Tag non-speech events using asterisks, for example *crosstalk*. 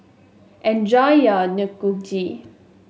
enjoy your *unintelligible*